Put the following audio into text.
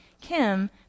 Kim